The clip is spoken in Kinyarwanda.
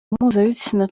mpuzabitsina